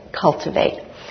cultivate